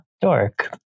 Dork